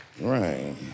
Right